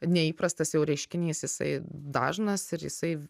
neįprastas reiškinys jisai dažnas ir jisai